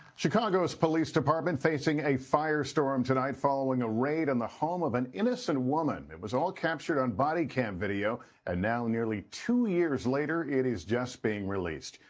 chicago's police department facing a firestorm tonight following a raid in the home on an innocent woman. it was all captured on body cam video and now nearly two years later it is just being released.